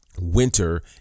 Winter